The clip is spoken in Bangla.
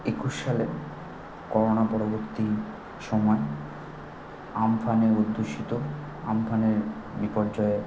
একুশ সালে করোনা পরবর্তী সময় আম্ফানে অধ্যুষিত আম্ফানে বিপর্যয়ে